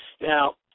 Now